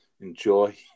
enjoy